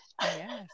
yes